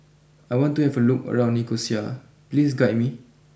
I want to have a look around Nicosia please guide me